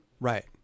Right